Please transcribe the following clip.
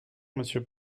monsieur